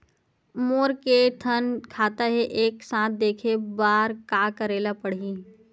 मोर के थन खाता हे एक साथ देखे बार का करेला पढ़ही?